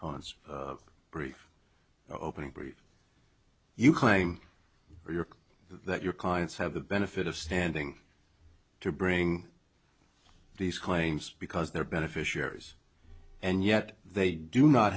aunt's brief opening brief you claim your that your clients have the benefit of standing to bring these claims because they're beneficiaries and yet they do not